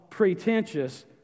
pretentious